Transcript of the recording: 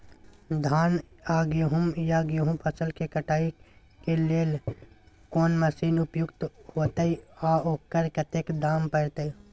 धान आ गहूम या गेहूं फसल के कटाई के लेल कोन मसीन उपयुक्त होतै आ ओकर कतेक दाम परतै?